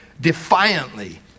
defiantly